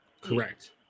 Correct